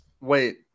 Wait